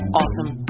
awesome